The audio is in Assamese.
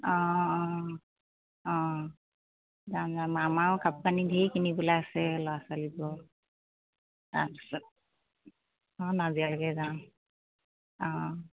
অঁ অঁ অঁ অঁ যাম যাম আমাৰো কাপোৰ কানি ঢেৰ কিনিবলে আছে ল'ৰা ছোৱালীবোৰৰ তাৰপিছত অঁ নাজিৰাকে যাম অঁ